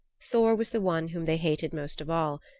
thor was the one whom they hated most of all,